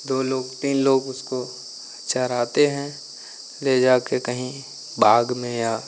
दो लोग तीन लोग उसको चराते हैं ले जाकर कहीं बाग में या